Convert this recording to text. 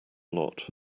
lot